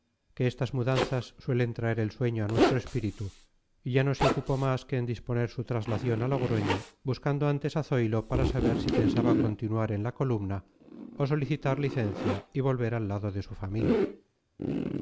que estas mudanzas suelen traer el sueño a nuestro espíritu y ya no se ocupó más que en disponer su traslación a logroño buscando antes a zoilo para saber si pensaba continuar en la columna o solicitar licencia y volver al lado de su familia